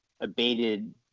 abated